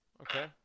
okay